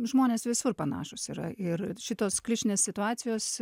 žmonės visur panašūs yra ir šitos klišinės situacijos